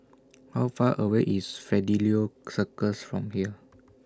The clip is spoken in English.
How Far away IS Fidelio Circus from here